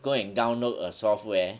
go and download a software